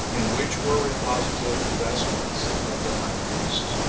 in which were reposited the vestments of the high priest,